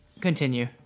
Continue